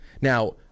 Now